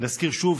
נזכיר שוב,